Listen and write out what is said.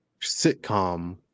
sitcom